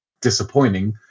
disappointing